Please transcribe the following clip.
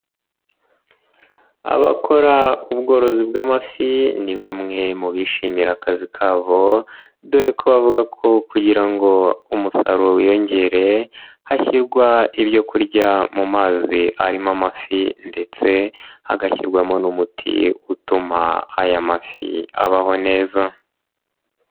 Abakora ubworozi bw'amafi ni bamwe mu bishimira akazi kabo dore ko bavuga ko kugira ngo umusaruro wiyongere hashyirwa ibyo kurya mu mazi arimo amafi ndetse hagashyirwamo n'umuti utuma aya mafi abaho neza.